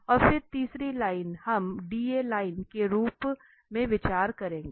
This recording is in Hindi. और फिर तीसरी लाइन हम DA लाइन के रूप में विचार करेंगे